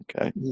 Okay